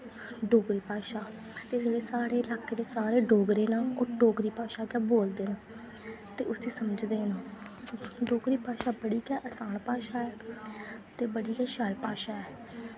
डोगरी भाशा इस लेई साढ़े लाके दे सारे डोगरे न डोगरी भाशा गै बोलदे न ते उस्सी समझदे न डोगरी भाशा बड़ी गा असान भाशा ऐ ते बड़ी गै शैल भाशा ऐ